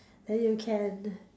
then you can